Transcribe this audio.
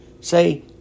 say